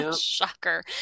shocker